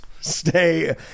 stay